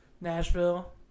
Nashville